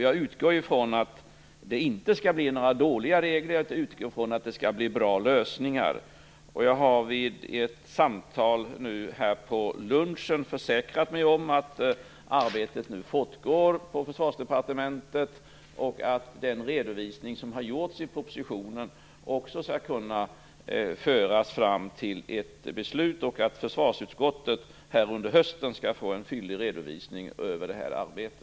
Jag utgår från att det inte skall bli några dåliga regler, utan bra lösningar. Jag har vid ett samtal i dag på lunchen försäkrat mig om att arbetet fortgår på Försvarsdepartementet och om att den redovisning som gjorts i propositionen också skall kunna föras fram till ett beslut. Försvarsutskottet skall under hösten få en fyllig redovisning av detta arbete.